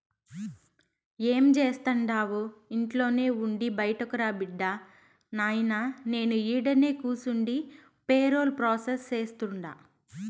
ఏం జేస్తండావు ఇంట్లోనే ఉండి బైటకురా బిడ్డా, నాయినా నేను ఈడనే కూసుండి పేరోల్ ప్రాసెస్ సేస్తుండా